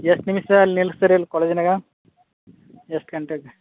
ಎಷ್ಟು ನಿಮಿಷ ಅಲ್ಲಿ ನಿಲ್ಲಿಸ್ತೀರಿ ಇಲ್ಲಿ ಕಾಲೇಜಿನ್ಯಾಗ ಎಷ್ಟು ಗಂಟೆಗ್ರಿ